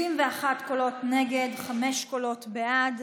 71 קולות נגד, חמישה קולות בעד.